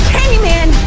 Candyman